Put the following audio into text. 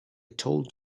told